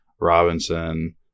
Robinson